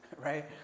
right